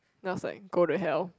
then I was like go to hell